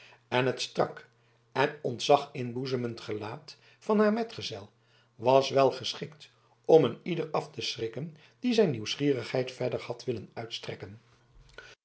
en het strak en ontzag inboezemend gelaat van haar metgezel was wel geschikt om een ieder af te schrikken die zijn nieuwsgierigheid verder had willen uitstrekken